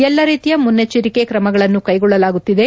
ಎಲ್ಲ ರೀತಿಯ ಮುನ್ನೆಚ್ದರಿಕೆ ಕ್ರಮಗಳನ್ನು ಕೈಗೊಳ್ಳಲಾಗುತ್ತಿದೆ